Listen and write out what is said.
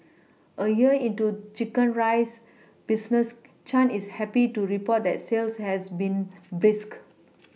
a year into chicken rice business Chan is happy to report that sales has been brisk